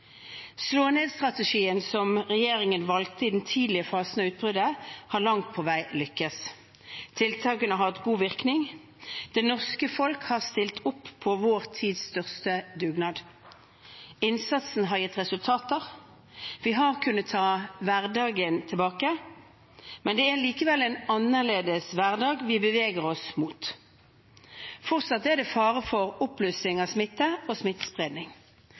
som regjeringen valgte i den tidlige fasen av utbruddet, har langt på vei lyktes. Tiltakene har hatt god virkning. Det norske folk har stilt opp på vår tids største dugnad. Innsatsen har gitt resultater. Vi har kunnet ta hverdagen tilbake, men det er likevel en annerledes hverdag vi beveger oss mot. Fortsatt er det fare for oppblussing av smitte og smittespredning. Vi må derfor være forberedt på